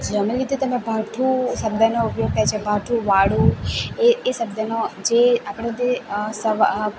જમી લીધું તમે ભાથું શબ્દનો ઉપયોગ થાય છે ભાથું વાળુ એ એ શબ્દનો જે આપણે તે સવા